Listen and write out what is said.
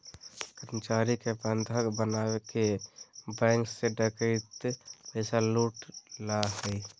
कर्मचारी के बंधक बनाके बैंक से डकैत पैसा लूट ला हइ